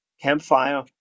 campfire